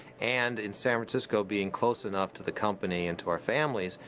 and in san francisco being close enough to the company, and to our families,